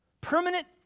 Permanent